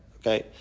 Okay